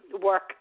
work